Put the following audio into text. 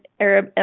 Arab